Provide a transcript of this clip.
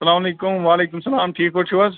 سلام علیکُم وعلیکُم سلام ٹھیٖک پٲٹھۍ چھُو حظ